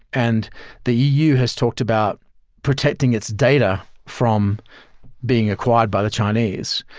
and the eu has talked about protecting its data from being acquired by the chinese.